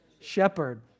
Shepherd